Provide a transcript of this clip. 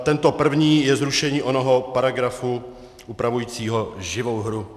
Tento první je zrušení onoho paragrafu upravujícího živou hru.